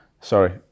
Sorry